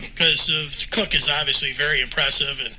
cause cook is obviously very impressive. and